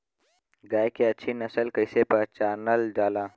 गाय के अच्छी नस्ल कइसे पहचानल जाला?